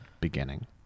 beginning